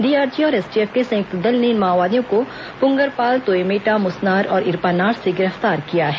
DRG और STF के संयुक्त दल ने इन माओवादियों को पुंगरपाल तोयमेटा मुसनार और इरपानार से गिरफ्तार किया है